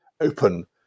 open